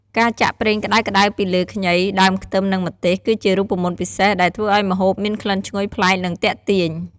ការចាក់ប្រេងក្តៅៗពីលើខ្ញី ដើមខ្ទឹម និងម្ទេស គឺជារូបមន្តពិសេសដែលធ្វើឲ្យម្ហូបមានក្លិនឈ្ងុយប្លែក និងទាក់ទាញ។